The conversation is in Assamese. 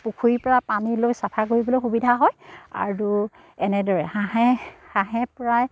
পুখুৰীৰপৰা পানী লৈ চাফা কৰিবলৈ সুবিধা হয় আৰু এনেদৰে হাঁহে হাঁহে প্ৰায়